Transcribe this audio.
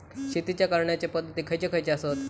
शेतीच्या करण्याचे पध्दती खैचे खैचे आसत?